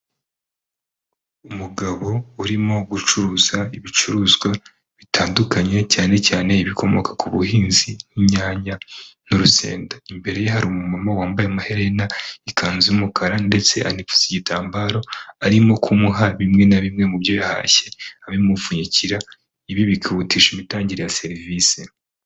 Umugabo urimo gucuruza ibicuruzwa bitandukanye, cyane cyane ibikomoka ku buhinzi, inyanya n'urusenda, imbere ye hari umuntu wambaye amaherena, ikanzu y'umukara ndetse anipfutse igitambaro, arimo kumuha bimwe na bimwe mu byo yahashye abimupfunyikira, ibi bikihutisha imitangire ya serivise.